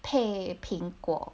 配苹果